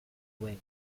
way